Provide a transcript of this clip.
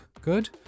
good